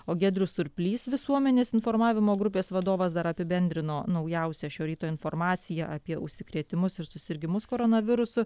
o giedrius surplys visuomenės informavimo grupės vadovas dar apibendrino naujausią šio ryto informaciją apie užsikrėtimus ir susirgimus koronavirusu